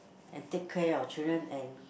and take care of children and